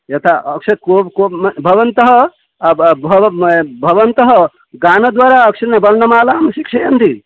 यता भवन्तः भव भवव भवन्तः गानद्वारा आकाशनिवर्ण्मालां शिक्षयन्ति